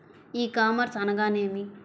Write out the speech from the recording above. ఈ కామర్స్ అనగానేమి?